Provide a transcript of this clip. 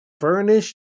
furnished